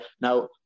Now